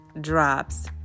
drops